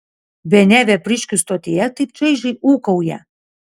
bene vepriškių stotyje taip šaižiai ūkauja